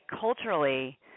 Culturally